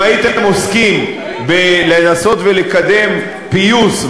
אם הייתם עוסקים בלנסות ולקיים פיוס,